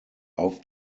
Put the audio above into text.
auf